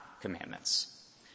commandments